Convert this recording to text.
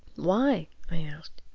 why? i asked.